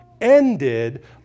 ended